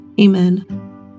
Amen